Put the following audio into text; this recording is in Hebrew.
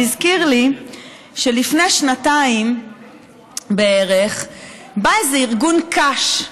זה הזכיר לי שלפני שנתיים בערך בא איזה ארגון קש,